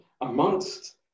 amongst